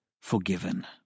forgiven